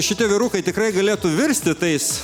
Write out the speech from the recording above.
šitie vyrukai tikrai galėtų virsti tais